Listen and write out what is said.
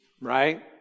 right